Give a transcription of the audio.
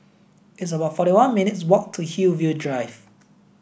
it's about forty one minutes' walk to Hillview Drive